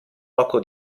poco